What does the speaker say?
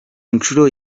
nshuro